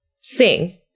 sing